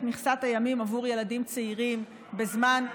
מכסת הימים בעבור ילדים צעירים בזמן,